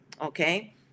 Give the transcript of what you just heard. Okay